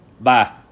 Bye